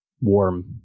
warm